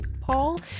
Paul